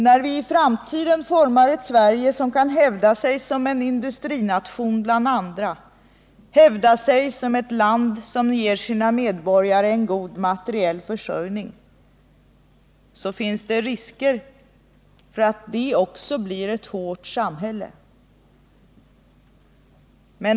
När vi i framtiden formar ett Sverige som kan hävda sig som en industrination bland andra, hävda sig som ett land som ger sina medborgare en god materiell försörjning, så finns det risker för att det också blir ett hårt samhälle.